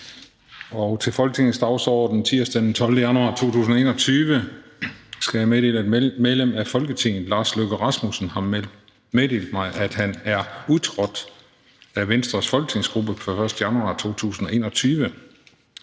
Til Folketingets dagsorden tirsdag den 12. januar 2021 skal jeg meddele, at medlem af Folketinget Lars Løkke Rasmussen har meddelt mig, at han er udtrådt af Venstres folketingsgruppe pr. 1. januar 2021.